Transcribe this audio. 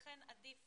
לכן עדיף